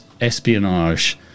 espionage